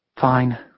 Fine